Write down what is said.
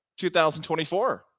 2024